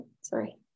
Sorry